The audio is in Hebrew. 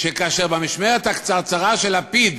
שכאשר במשמרת הקצרצרה של לפיד